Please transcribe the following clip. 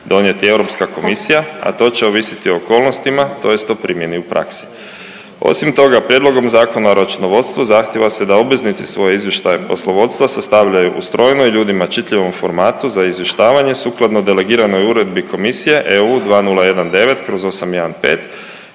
donijeti EK, a to će ovisiti o okolnostima, tj. o primjeni u praksi. Osim toga, prijedlogom Zakona o računovodstvu zahtijeva se da obveznici svoje izvještaje poslovodstva sastavljaju u strojno i ljudima čitljivom formatu za izvještavanje sukladno delegiranoj Uredbi Komisije EU 2019/815